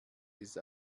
ist